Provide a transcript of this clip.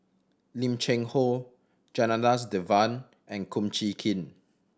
Lim Cheng Hoe Janadas Devan and Kum Chee Kin